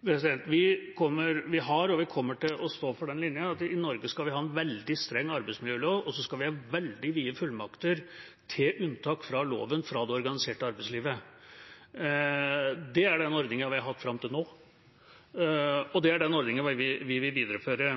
Vi har – og vi kommer til å stå for – den linja at i Norge skal vi ha en veldig streng arbeidsmiljølov, og vi skal ha veldig vide fullmakter til unntak fra loven fra det organiserte arbeidslivet. Det er den ordningen vi har hatt fram til nå, og det er den ordningen vi vil videreføre.